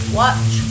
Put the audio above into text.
watch